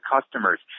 customers